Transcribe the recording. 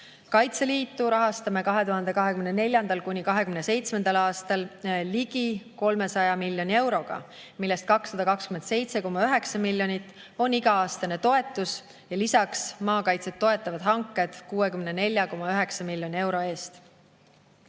Kaitseliitu rahastame aastail 2024–2027 ligi 300 miljoni euroga, millest 227,9 miljonit on iga-aastane toetus ja lisaks maakaitset toetavad hanked 64,9 miljoni euro eest.